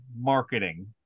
marketing